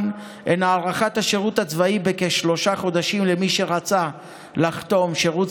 הן הארכת השירות הצבאי בכשלושה חודשים למי שרצה לחתום שירות